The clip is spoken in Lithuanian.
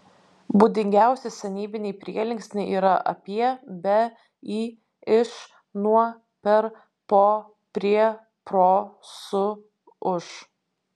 būdingiausi senybiniai prielinksniai yra apie be į iš nuo per po prie pro su už